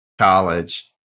college